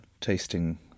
tasting